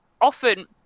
often